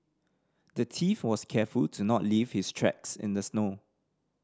the thief was careful to not leave his tracks in the snow